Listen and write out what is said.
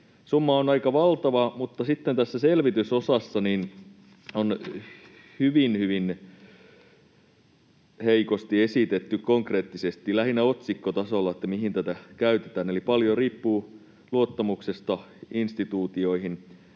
Summa on aika valtava, mutta sitten tässä selvitysosassa on hyvin, hyvin heikosti esitetty, konkreettisesti lähinnä otsikkotasolla, mihin tätä käytetään, eli paljon riippuu luottamuksesta instituutioihin.